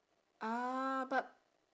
ah but